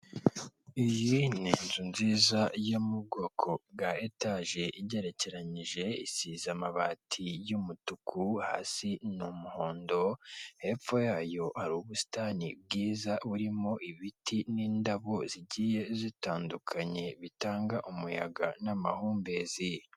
Iyi ni inzu nziza yo mu bwoko bwa etage igerekeranije isize amabati y'umutuku hasi ni umuhondo, hepfo yayo hari ubusitani bwiza buririmo ibiti n'indabo zigiye zitandukanye bitanga umuyaga n'amahumbezi.